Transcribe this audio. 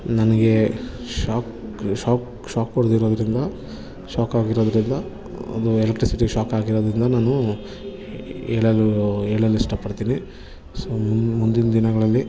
ನನಗೆ shock shock shock ಹೊಡ್ದಿರೋದ್ರಿಂದ shock ಆಗಿರೋದ್ರಿಂದ ಅದು ಎಲೆಕ್ಟ್ರಿಸಿಟಿ ಶಾಕಾಗಿರೋದ್ರಿಂದ ನಾನು ಹೇಳಲು ಹೇಳಲು ಇಷ್ಟಪಡ್ತೀನಿ ಸೊ ಮುಂದಿನ ದಿನಗಳಲ್ಲಿ